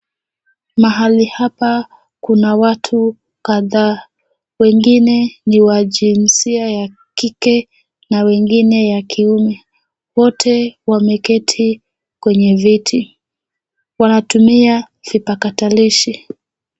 Mahali hapa kuna watu kadhaa, wengine ni wa jinsia ya kike na wengine ya kiume. Wote wameketi kwenye viti. Wanatumia vipakatalishi.